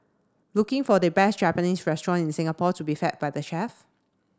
looking for the best Japanese restaurant in Singapore to be fed by the chef